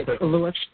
Lewis